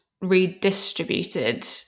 redistributed